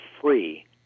free